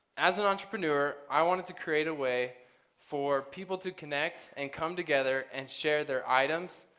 as an entrepreneur i wanted to create a way for people to connect and come together and share their items,